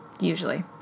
usually